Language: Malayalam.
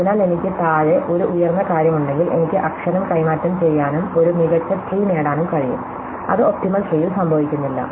അതിനാൽ എനിക്ക് താഴെ ഒരു ഉയർന്ന കാര്യം ഉണ്ടെങ്കിൽ എനിക്ക് അക്ഷരം കൈമാറ്റം ചെയ്യാനും ഒരു മികച്ച ട്രീ നേടാനും കഴിയും അത് ഒപ്റ്റിമൽ ട്രീയിൽ സംഭവിക്കുന്നില്ല